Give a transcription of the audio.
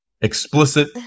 explicit